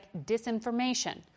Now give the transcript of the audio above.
disinformation